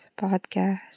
podcast